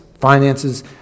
finances